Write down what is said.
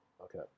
Okay